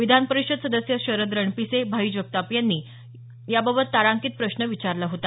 विधानपरिषद सदस्य शरद रणपिसे भाई जगताप आदी सदस्यांनी याबाबत तारांकित प्रश्न विचारला होता